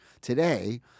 Today